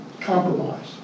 compromise